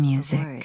Music